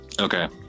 Okay